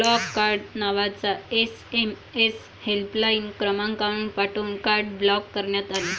block card नावाचा SMS helpline क्रमांकावर पाठवून कार्ड ब्लॉक करण्यात आले